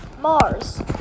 Mars